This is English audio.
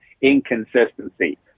inconsistency